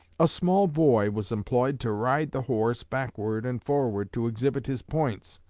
a small boy was employed to ride the horse backward and forward to exhibit his points.